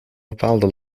bepaalde